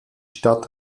stadt